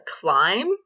climb